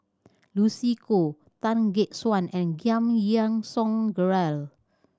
Lucy Koh Tan Gek Suan and Giam Yean Song Gerald